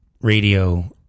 Radio